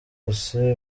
wose